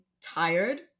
tired